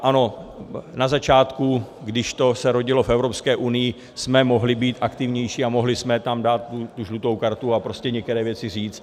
Ano, na začátku, když se to rodilo v Evropské unii, jsme mohli být aktivnější a mohli jsme tam dát tu žlutou kartu a prostě některé věci říct.